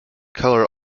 color